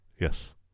yes